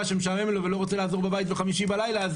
שמשעמם לו ולא רוצה לעזור בבית בחמישי בלילה,